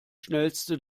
schnellste